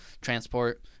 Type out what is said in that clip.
Transport